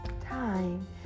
time